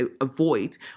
avoid